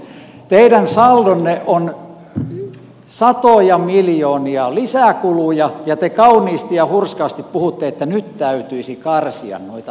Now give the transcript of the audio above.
teidän saldonne on satoja miljoonia lisäkuluja ja te kauniisti ja hurskaasti puhutte että nyt täytyisi karsia noita menoja